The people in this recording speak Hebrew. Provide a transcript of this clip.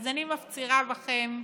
אני מפצירה בכם,